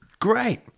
great